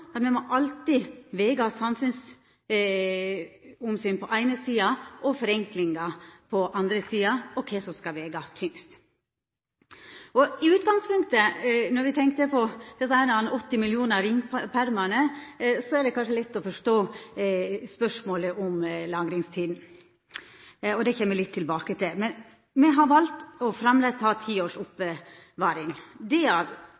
at me alltid må vega samfunnsomsyn på den eine sida og forenklingar på den andre sida – og sjå kva som skal vega tyngst. I utgangspunktet – når me tenkjer på desse 80 millionar ringpermane – er det kanskje lett å forstå spørsmålet om lagringstid. Det kjem eg litt tilbake til. Me har valt framleis å ha ti års oppbevaring. Det